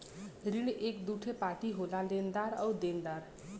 ऋण क दूठे पार्टी होला लेनदार आउर देनदार